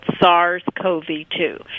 SARS-CoV-2